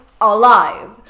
alive